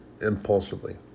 impulsively